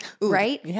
right